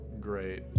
great